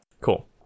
Cool